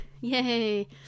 yay